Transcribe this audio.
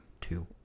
Two